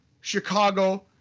Chicago